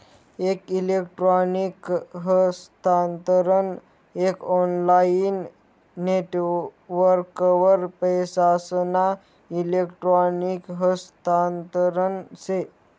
एक इलेक्ट्रॉनिक हस्तांतरण एक ऑनलाईन नेटवर्कवर पैसासना इलेक्ट्रॉनिक हस्तांतरण से